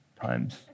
times